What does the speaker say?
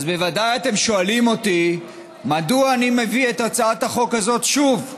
בוודאי אתם שואלים אותי מדוע אני מביא את הצעת החוק הזאת שוב.